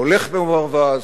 הולך כמו ברווז,